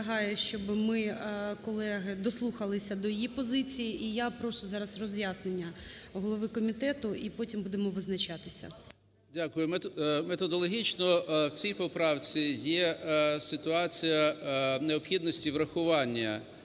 Дякую. Методологічно в цій поправці є ситуація необхідності врахування